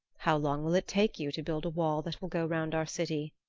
how long will it take you to build a wall that will go round our city?